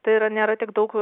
tai yra nėra tiek daug